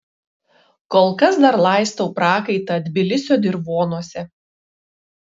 kol kas dar laistau prakaitą tbilisio dirvonuose